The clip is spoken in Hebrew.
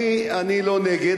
אני לא נגד.